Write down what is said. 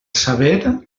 saber